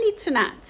tonight